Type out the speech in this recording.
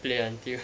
play until